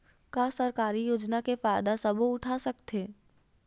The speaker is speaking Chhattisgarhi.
का सरकारी योजना के फ़ायदा सबो उठा सकथे?